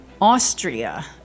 Austria